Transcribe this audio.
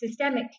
systemically